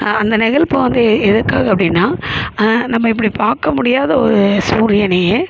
அந்த நெகிழ்பு வந்து எதுக்காக அப்படின்னா நம்ம இப்படி பார்க்க முடியாத ஒரு சூரியனையே